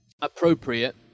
appropriate